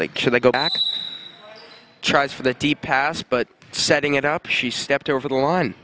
think should i go back tries for the past but setting it up she stepped over the line